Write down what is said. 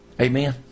Amen